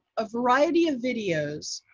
a variety of videos